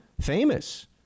famous